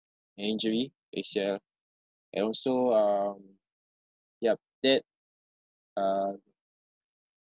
an injury big sia and also um yup that uh